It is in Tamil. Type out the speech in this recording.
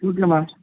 மேம்